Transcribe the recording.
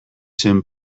zen